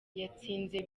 yatsinze